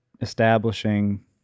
establishing